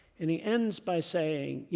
and he ends by saying, yeah